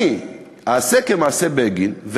אני אעשה כמעשה בגין,